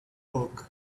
bulk